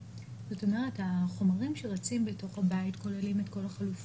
כאשר בחברה היהודית זה רק 1%. ל-1% אין.